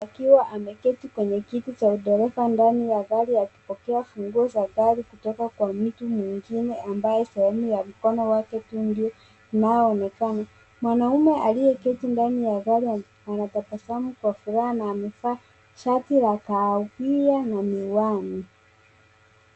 Akiwa ameketi kwenye kiti cha dereva ndani ya gari akipokea funguo za gari kutoka kwa mtu mwingine ambaye sehemu ya mkono wake tu ndio unaoonekana. Mwanaume aliyeketi ndani ya gari anatabasamu kwa furaha na amevaa shati ya kahawia na miwani.